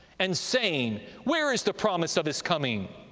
and saying, where is the promise of his coming?